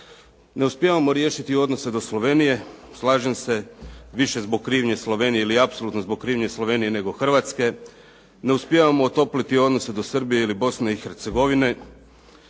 Ne uspijevamo riješiti odnose do Slovenije. Slažem se, više zbog krivnje Slovenije ili apsolutno zbog krivnje Slovenije, nego Hrvatske, ne uspijevamo otopliti odnose do Srbije ili Bosne i Hercegovine,